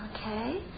Okay